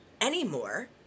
Anymore